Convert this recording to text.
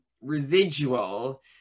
residual